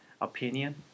opinion